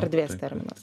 erdvės terminas